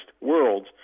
worlds